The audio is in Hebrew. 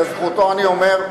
לזכותו אני אומר,